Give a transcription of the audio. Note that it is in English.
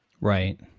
Right